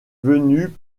venu